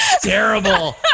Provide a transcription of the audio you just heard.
terrible